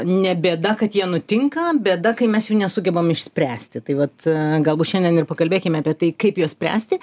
ne bėda kad jie nutinka bėda kai mes jų nesugebam išspręsti tai vat galbūt šiandien ir pakalbėkime apie tai kaip juos spręsti